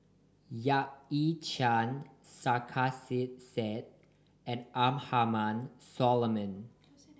Yap Ee Chian Sarkasi Said and Abraham Solomon